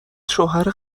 شوهر